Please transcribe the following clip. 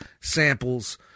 samples